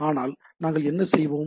ஆனால் நாங்கள் என்ன செய்வோம்